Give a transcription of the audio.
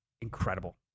incredible